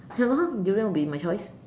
ya lor durian will be my choice